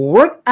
Work